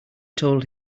told